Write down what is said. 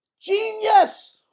Genius